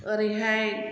ओरैहाय